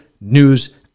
news